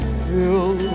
fill